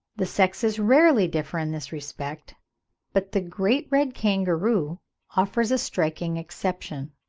the sexes rarely differ in this respect but the great red kangaroo offers a striking exception,